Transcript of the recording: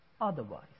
otherwise